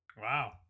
Wow